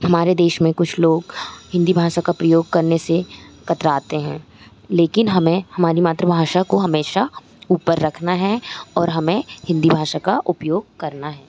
हमारे देश में कुछ लोग हिन्दी भाषा का प्रयोग करने से कतराते हैं लेकिन हमें हमारी मातृभाषा को हमेशा ऊपर रखना है और हमें हिन्दी भाषा का उपयोग करना है